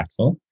impactful